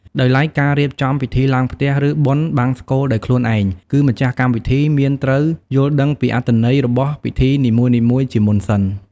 ដោយឡែកការរៀបចំពិធីឡើងផ្ទះ ឬបុណ្យបង្សុកូលដោយខ្លួនឯង គឺម្ចាស់កម្មវិធីមានត្រូវយល់ដឹងពីអត្ថន័យរបស់ពីធីនីមួយៗជាមុនសិន។